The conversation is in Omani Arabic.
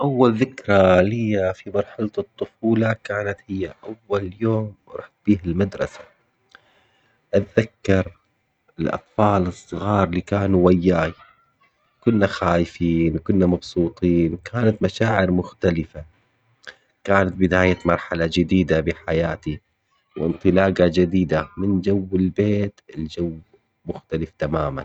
أول ذكرى ليا في مرحلة الطفولة كانت هي أول يوم روحت فيه للمدرسة، أتذكر الأطفال الصغار اللي كانوا وياي كنا خايفين وكنا مبسوطين وكانت مشاعر مختلفة، كانت بداية مرحلة جديدة بحياتي وانطلاقة جديدة من جو البيت لجو مختلف تماماً.